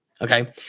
Okay